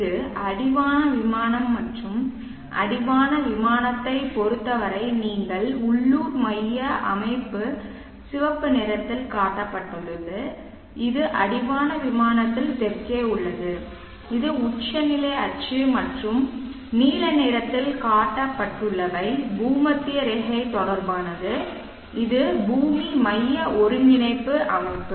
இது அடிவான விமானம் மற்றும் அடிவான விமானத்தைப் பொறுத்தவரை நீங்கள் உள்ளூர் மைய மைய அமைப்பு சிவப்பு நிறத்தில் காட்டப்பட்டுள்ளது இது அடிவான விமானத்தில் தெற்கே உள்ளது இது உச்சநிலை அச்சு மற்றும் நீல நிறத்தில் காட்டப்பட்டுள்ளவை பூமத்திய ரேகை தொடர்பானது இது பூமி மைய ஒருங்கிணைப்பு அமைப்பு